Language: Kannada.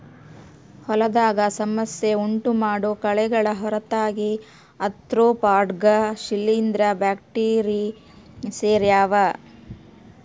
ಹೊಲದಾಗ ಸಮಸ್ಯೆ ಉಂಟುಮಾಡೋ ಕಳೆಗಳ ಹೊರತಾಗಿ ಆರ್ತ್ರೋಪಾಡ್ಗ ಶಿಲೀಂಧ್ರ ಬ್ಯಾಕ್ಟೀರಿ ಸೇರ್ಯಾವ